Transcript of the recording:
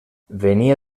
venia